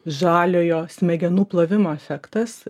žaliojo smegenų plovimo efektas